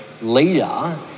leader